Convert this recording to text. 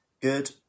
Good